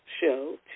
show